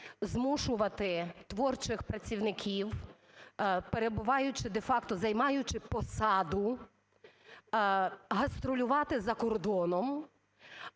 змушувати творчих працівників, перебуваючи, де-факто займаючи посаду, гастролювати за кордоном